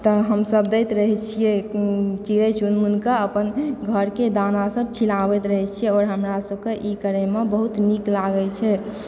तऽ हमसब दैत रहए छिऐ चिड़ै चुनमुनके अपन घरके दाना सब खिलाबैत रहए छिऐ आओर हमरा सबके ई करएमे बहुत नीक लागैत छै